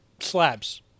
slabs